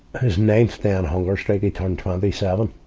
his ninth day on hunger strike, he turned twenty seven.